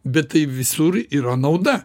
bet tai visur yra nauda